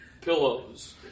pillows